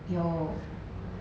有